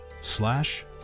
slash